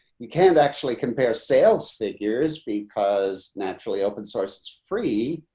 you can actually compare sales figures because naturally open source, it's free.